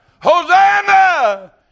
Hosanna